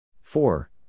Four